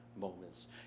moments